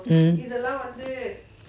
mm